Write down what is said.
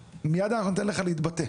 מייד אנחנו ניתן לך להתבטא.